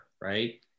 right